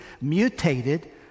mutated